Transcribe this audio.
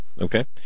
okay